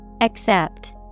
Accept